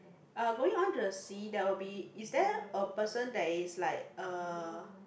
uh going on to the sea there will be is there a person that is like uh